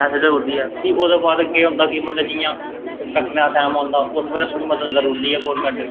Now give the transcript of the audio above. पैसे देई ओड़दी ऐ भी ओह्दे बाद केह् होंदा कि जियां कट्टने दा टैम औंदा उस बेल्लै मदद करी ओड़दी ऐ गौरमेंट